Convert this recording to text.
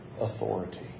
authority